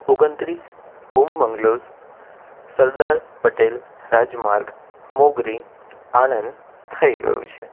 ઓગણત્રીસ ઓમ બંગલોઝ સરદાર પટેલ રાજમાર્ગ મોગરી આણંદ થઈ ગયું છે